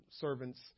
servants